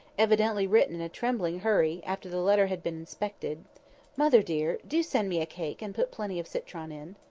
evidently written in a trembling hurry, after the letter had been inspected mother dear, do send me a cake, and put plenty of citron in.